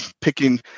picking